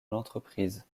l’entreprise